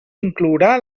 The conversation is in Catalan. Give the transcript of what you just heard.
inclourà